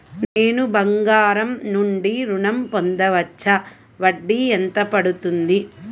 నేను బంగారం నుండి ఋణం పొందవచ్చా? వడ్డీ ఎంత పడుతుంది?